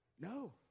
No